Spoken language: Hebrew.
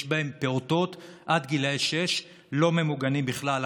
בהם פעוטות עד גיל שש לא ממוגנים בכלל.